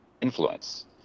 influence